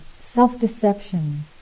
self-deception